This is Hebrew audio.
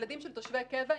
ילדים של תושבי קבע,